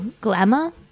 glamour